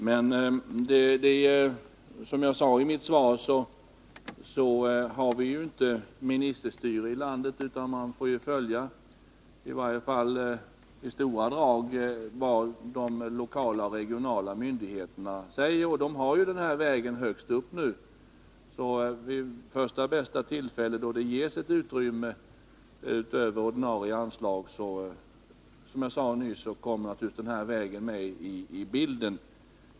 Men som jag sade i mitt svar har vi inte ministerstyre här i landet, utan man får i stora drag följa de lokala och regionala myndigheternas uppfattning. Och de har nu den här vägen högst upp på prioriteringslistan, så vid första bästa tillfälle då det ges ett utrymme utöver ordinarie anslag kommer, som jag nyss sade, väg 41 medi bilden.